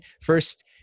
First